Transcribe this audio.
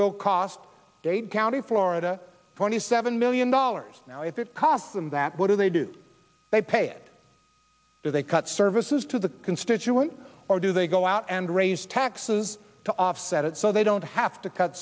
will cost dade county florida twenty seven million dollars now if it costs them that what do they do they pay it do they cut services to the constituent or do they go out and raise taxes to offset it so they don't have to cut